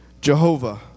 Jehovah